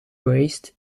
raised